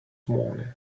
morning